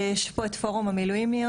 יש פה את פורום המילואימיות,